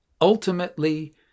ultimately